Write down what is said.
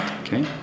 okay